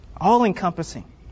all-encompassing